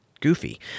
Goofy